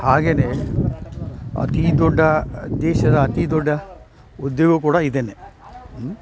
ಹಾಗೆನೇ ಅತೀ ದೊಡ್ಡ ದೇಶದ ಅತೀ ದೊಡ ಉದ್ಯೋಗ ಕೂಡ ಇದೇನೆ